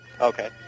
Okay